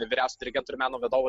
vyriausiuoju dirigentu ir meno vadovu